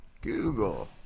Google